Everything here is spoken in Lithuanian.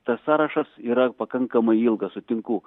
tas sąrašas yra pakankamai ilgas sutinku